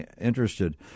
interested